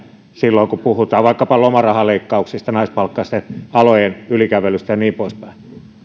silloin kun puhutaan vaikkapa lomarahaleikkauksista naispalkkaisten alojen ylikävelystä ja niin poispäin niin